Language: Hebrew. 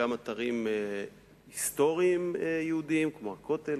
גם אתרים היסטוריים יהודיים כמו הכותל,